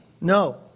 No